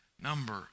number